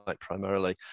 primarily